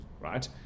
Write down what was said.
Right